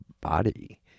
body